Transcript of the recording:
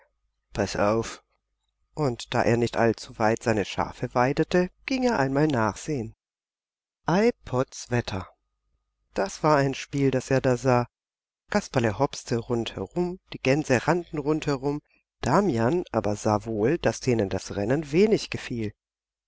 paß auf und da er nicht allzuweit seine schafe weidete ging er einmal nachsehen ei potzwetter das war ein spiel das er da sah kasperle hopste rundherum die gänse rannten rundherum damian aber sah wohl daß denen das rennen wenig gefiel